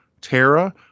Tara